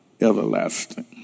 everlasting